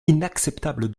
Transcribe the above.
inacceptable